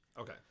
Okay